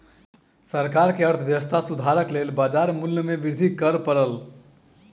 सरकार के अर्थव्यवस्था सुधारक लेल बाजार मूल्य में वृद्धि कर पड़ल